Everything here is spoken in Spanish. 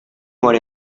por